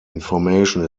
information